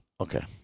Okay